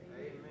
Amen